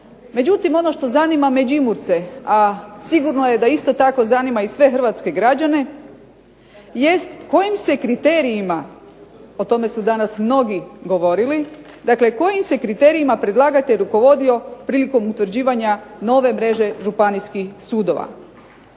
Međutim, ono što zanima Međimurce, a sigurno je da isto tako zanima i sve hrvatske građane jest kojim se kriterijima o tome su danas mnogi govorili, dakle kojim se kriterijima predlagatelj rukovodio prilikom utvrđivanja nove mreže županijskih sudova.